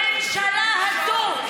בממשלה הזו,